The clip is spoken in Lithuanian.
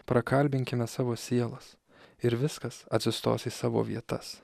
prakalbinkime savo sielas ir viskas atsistos į savo vietas